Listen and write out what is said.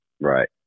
Right